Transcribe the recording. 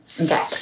Okay